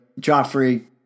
Joffrey